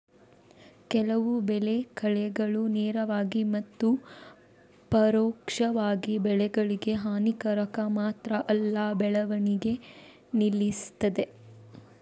ಕೆಲವು ಬೆಳೆ ಕಳೆಗಳು ನೇರವಾಗಿ ಮತ್ತು ಪರೋಕ್ಷವಾಗಿ ಬೆಳೆಗಳಿಗೆ ಹಾನಿಕಾರಕ ಮಾತ್ರ ಅಲ್ಲ ಬೆಳವಣಿಗೆ ನಿಲ್ಲಿಸ್ತದೆ